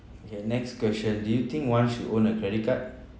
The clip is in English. okay next question do you think once you own a credit card